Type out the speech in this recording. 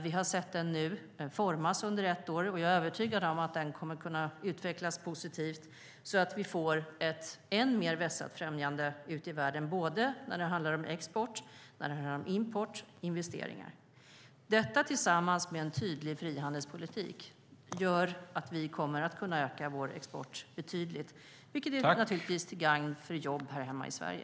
Vi har sett den organisationen formas under ett år, och jag är övertygad om att den kommer att kunna utvecklas positivt så att vi får ett än mer vässat främjande ute i världen när det handlar om export, import och investeringar. Detta tillsammans med en tydlig frihandelspolitik gör att vi kommer att kunna öka vår export betydligt, vilket är till gagn för jobb här hemma i Sverige.